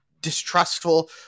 distrustful